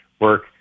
work